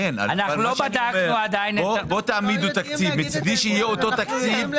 אנחנו עדיין לא בדקנו עדיין את ה --- כן,